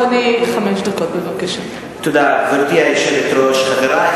תודה רבה.